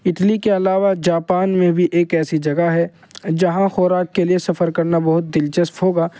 Italy کے علاوہ Japan میں بھی ایک ایسی جگہ ہے جہاں خوراک کے لیے سفر کرنا بہت دلچسپ ہوگا